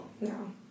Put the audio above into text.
No